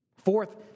Fourth